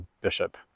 bishop